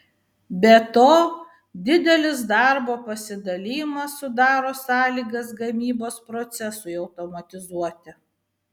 be to didelis darbo pasidalijimas sudaro sąlygas gamybos procesui automatizuoti